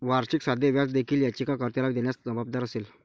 वार्षिक साधे व्याज देखील याचिका कर्त्याला देण्यास जबाबदार असेल